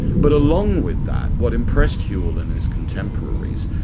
but along with that, what impressed whewell and his contemporaries,